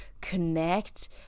connect